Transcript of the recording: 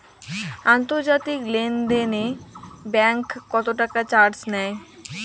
আন্তর্জাতিক লেনদেনে ব্যাংক কত টাকা চার্জ নেয়?